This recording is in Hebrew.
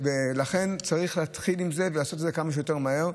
ולכן צריך להתחיל עם זה ולעשות את זה כמה שיותר מהר.